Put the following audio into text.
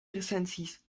recensies